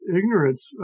ignorance